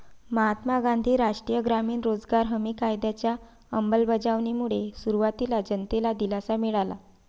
महात्मा गांधी राष्ट्रीय ग्रामीण रोजगार हमी कायद्याच्या अंमलबजावणीमुळे सुरुवातीला जनतेला दिलासा मिळाला